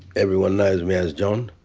everyone knows me as john,